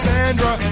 Sandra